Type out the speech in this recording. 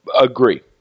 Agree